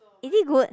is it good